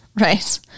Right